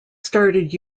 started